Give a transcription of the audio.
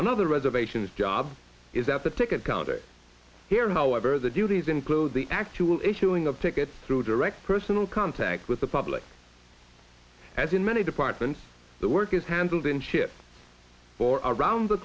another reservations job is that the ticket counter here however the duties include the actual issuing of tickets through direct personal contact with the public as in many departments the work is handled in ships or around the